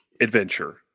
Adventure